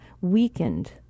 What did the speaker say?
weakened